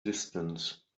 distance